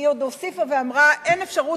והיא עוד הוסיפה ואמרה: אין אפשרות,